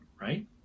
Right